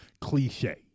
cliche